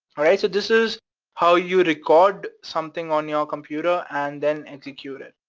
alright, so this is how you record something on your computer, and then execute it.